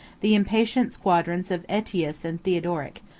the impatient squadrons of aetius and theodoric,